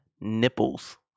nipples